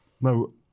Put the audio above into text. No